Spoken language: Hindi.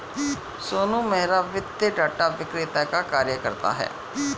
सोनू मेहरा वित्तीय डाटा विक्रेता का कार्य करता है